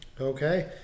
Okay